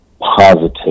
positive